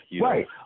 Right